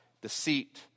deceit